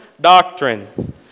doctrine